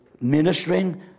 ministering